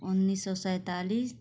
उन्नीस सौ सैंतालीस